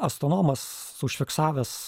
astronomas užfiksavęs